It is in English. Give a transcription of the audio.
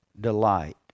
Delight